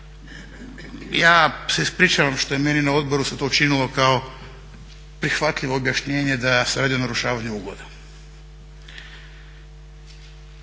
Ja se ispričavam što je meni na odboru se to učinilo kao prihvatljivo objašnjenje da se radi o narušavanju ugleda.